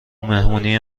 مهمونی